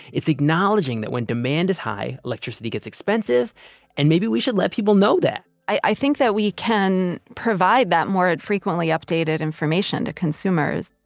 it's acknowledging that when demand is high, electricity gets expensive and maybe we should let people know that i think that we can provide that more frequently updated information to consumers.